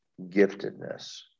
giftedness